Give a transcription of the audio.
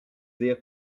dire